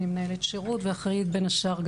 אני מנהלת שירות ואחראית בין השאר,